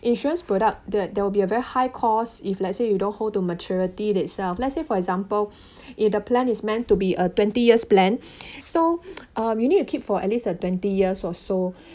insurance product that there will be a very high cost if lets say you don't hold to maturity itself let's say for example if the plan is meant to be a twenty years plan so um you need to keep for at least twenty years also